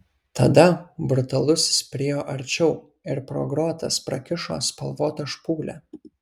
tada brutalusis priėjo arčiau ir pro grotas prakišo spalvotą špūlę